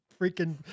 freaking